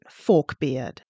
Forkbeard